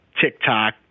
TikTok